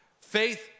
Faith